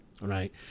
right